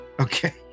Okay